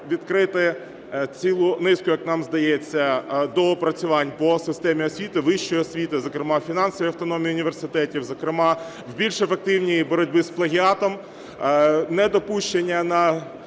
відкрити цілу низку, як нам здається, доопрацювань по системі освіти, вищої освіти, зокрема фінансової автономії університетів, зокрема в більш ефективній боротьбі з плагіатом, недопущення на